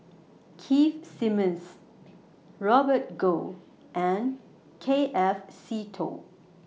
Keith Simmons Robert Goh and K F Seetoh